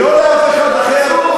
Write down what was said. מסית שכמוך.